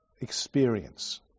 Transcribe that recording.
experience